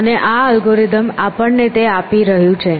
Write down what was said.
અને આ અલ્ગોરિધમ આપણને તે આપી રહ્યું છે